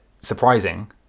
surprising